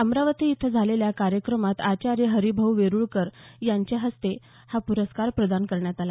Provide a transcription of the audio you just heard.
अमरावती इथं झालेल्या कार्यक्रमात आचार्य हरिभाऊ वेरुळकर यांच्या हस्ते हा पुरस्कार प्रदान करण्यात आला